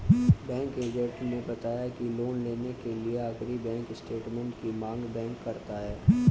bank agent ने बताया की लोन लेने के लिए आखिरी बैंक स्टेटमेंट की मांग बैंक करता है